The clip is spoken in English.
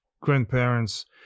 grandparents